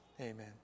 Amen